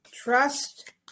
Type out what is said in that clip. Trust